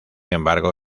embargo